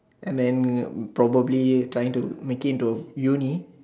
M and probably trying to make it into uni